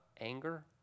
anger